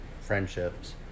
friendships